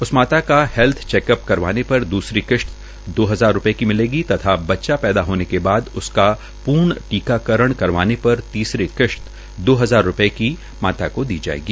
उस माता का हैल्थ चैकअप करवाने पर द्रसरी किश्त दो हजार रूपये की मिलेगी तथा बच्चा पैदा होने के बाद उसका पूर्ण टीकाकरण करवाने पर तीसरी किश्त दो हजार की माता को दी जायेगी